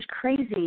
crazy